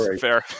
Fair